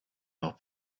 noch